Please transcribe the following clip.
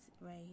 right